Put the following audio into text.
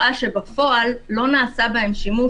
שבפועל לא נעשה בהם שימוש.